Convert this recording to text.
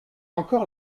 encore